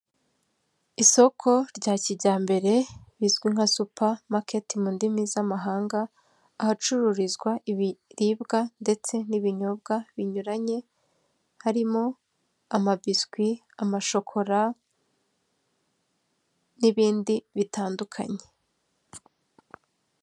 Isoko rya kijyambere rizwi nka supa maketi mu ndimi z'amahanga, ahacururizwa ibiribwa ndetse n'ibinyobwa binyuranye, harimo amabiswi, amashokora, n'ibindi bitandukanye.